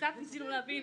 וקצת ניסינו להבין